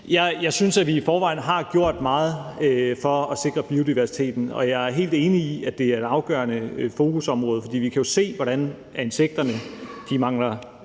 Jeg synes, at vi i forvejen har gjort meget for at sikre biodiversiteten, og jeg er helt enig i, at det er et afgørende fokusområde, for vi kan jo se, hvordan insekterne mangler